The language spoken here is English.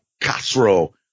Castro